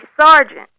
sergeant